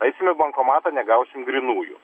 eisim į bankomatą negausim grynųjų